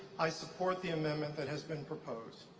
i support the amendment that has been proposed.